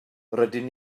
rydyn